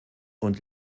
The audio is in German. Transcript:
und